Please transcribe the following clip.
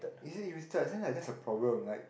you see as in like that's a problem right